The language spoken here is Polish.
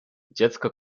dziecko